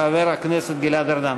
חבר הכנסת גלעד ארדן.